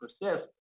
persist